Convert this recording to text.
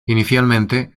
inicialmente